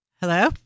Hello